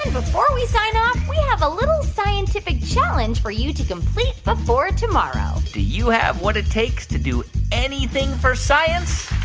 and before we sign off, we have a little scientific challenge for you to complete before tomorrow do you have what it takes to do anything for science?